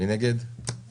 הצבעה אושר.